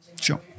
Sure